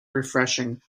refreshing